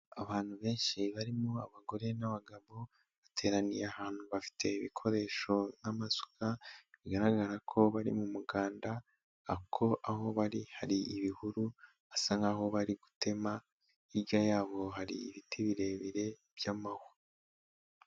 Abantu benshi barimo abagore n'abagabo, bateraniye ahantu bafite ibikoresho nk'amasuka, bigaragara ko bari mu muganda kuko aho bari hari ibihuru, bisa nk'aho bari gutema, hirya yabo hari ibiti birebire by'amahwa.